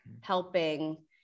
helping